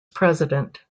president